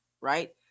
right